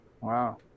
Wow